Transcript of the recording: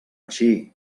així